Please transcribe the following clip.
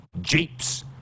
Jeeps